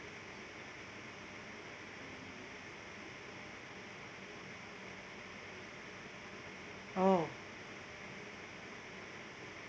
oh